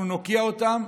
אנחנו נוקיע אותם.